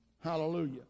Hallelujah